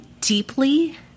deeply